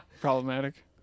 Problematic